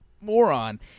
moron